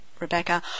Rebecca